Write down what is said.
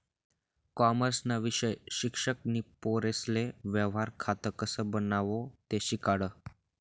कॉमर्सना विषय शिक्षक नी पोरेसले व्यवहार खातं कसं बनावो ते शिकाडं